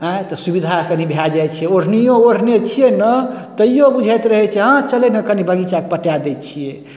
आँय तऽ सुविधा कनी भए जाइ छै ओढ़नियो ओढ़ने छियै ने तैयो बुझाइत रहै छै हँ चलू ने कनी बगीचाके पटा दै छियै